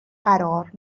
قرار